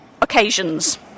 occasions